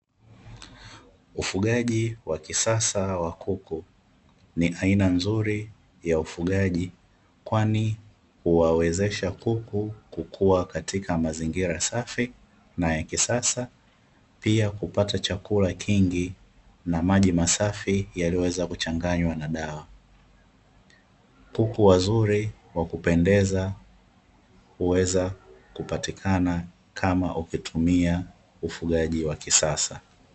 Ufugaji wa kisasa wa kuku, ni aina nzuri ya ufugaji kwani huwawezesha kuku kukua katika mazingira safi na ya kisasa pia kupata chakula kingi na maji masafi yaliyoweza kuchanganywa na dawa, kuku wazuri wa kupendeza huweza kupatikana kama ukitumia ufugaji wa kisasa.